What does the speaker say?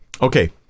Okay